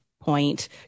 point